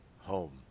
home